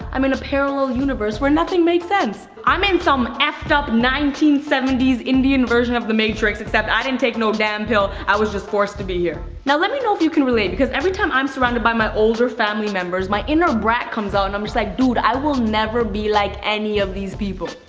i'm in a parallel universe where nothing makes sense. i'm in some effed up nineteen seventy s indian version of the matrix except i didn't take no damn pill, i was just forced to be here. now let me know if you can relate because every time i'm surrounded by my older family members, my inner brat comes out and i'm just like, dude, i will never be like any of these people.